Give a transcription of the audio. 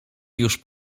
już